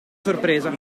sorpresa